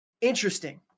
Interesting